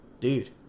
dude